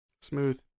Smooth